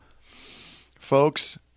Folks